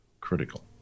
critical